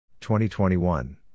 2021